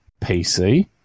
PC